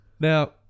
Now